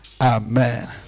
Amen